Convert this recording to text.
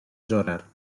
llorar